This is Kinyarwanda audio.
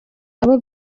abo